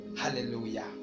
Hallelujah